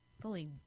fully